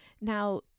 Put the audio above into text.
now